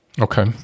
okay